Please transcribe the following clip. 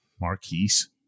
Marquise